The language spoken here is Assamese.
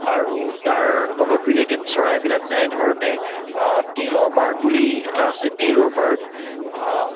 আৰু তাৰ লগত ৰিলেটড চৰাইবিলাক যেনেধৰণে টেইলৰ বাৰ্ড বুলি এটা আছে টেইলৰ বাৰ্ড